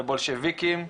ובולשביקים,